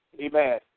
Amen